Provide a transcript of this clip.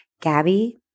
Gabby